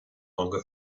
longer